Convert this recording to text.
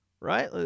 right